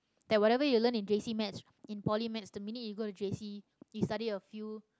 like whatever you learn in J_C maths in Poly maths the minute you go to J_C you study a few